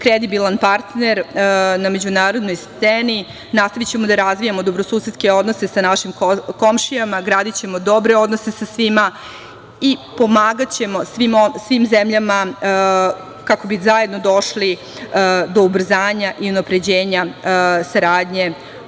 kredibilan partner na međunarodnoj sceni i nastavićemo da razvijamo dobro susedske odnose sa našim komšijama, gradićemo dobre odnose sa svima i pomagaćemo svim zemljama, kako bi zajedno došli do ubrzanja i unapređenja saradnje